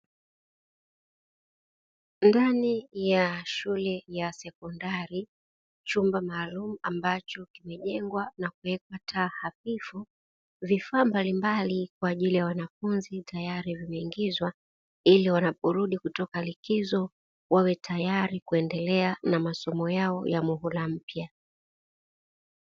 Ndani ya shule ya sekondari chumba maalumu ambacho kimejengwa na kuwekwa taa hafifu, vifaa mbalimbali kwa ajili ya wanafunzi tayari vimeingizwa, iliwanaporudi kutoka likizo wawe tayari kuendelea na masomo yao ya muhula mpya.